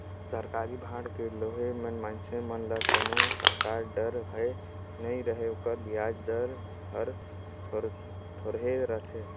सरकारी बांड के लेहे मे मइनसे मन ल कोनो परकार डर, भय नइ रहें ओकर बियाज दर हर थोरहे रथे